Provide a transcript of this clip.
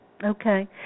Okay